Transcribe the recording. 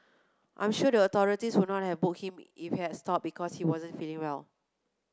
I'm sure the authorities would not have booked him if he had stopped because he wasn't feeling well